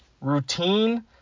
Routine